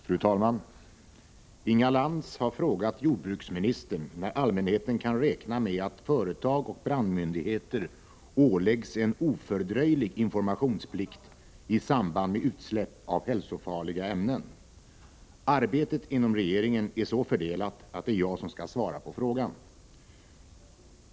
Fru talman! Inga Lantz har frågat jordbruksministern när allmänheten kan räkna med att företag och brandmyndigheter åläggs en ofördröjlig informationsplikt i samband med utsläpp av hälsofarliga ämnen. Arbetet inom regeringen är så fördelat att det är jag som skall svara på frågan.